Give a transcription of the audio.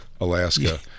Alaska